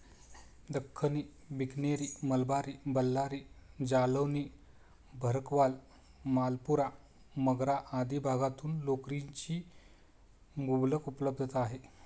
दख्खनी, बिकनेरी, मलबारी, बल्लारी, जालौनी, भरकवाल, मालपुरा, मगरा आदी भागातून लोकरीची मुबलक उपलब्धता आहे